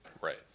Right